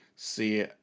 See